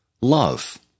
love